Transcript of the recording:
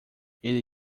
ele